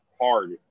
hard